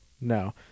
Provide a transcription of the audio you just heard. no